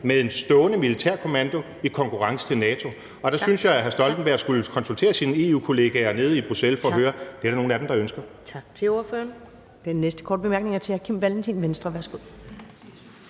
med en stående militærkommando i konkurrence til NATO. Der synes jeg, at hr. Rasmus Stoklund skulle konsultere sine EU-kollegaer nede i Bruxelles i forhold til at høre, at det er der nogle af dem der ønsker.